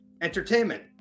entertainment